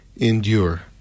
endure